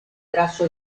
trazo